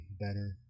better